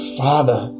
father